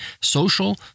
social